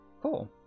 cool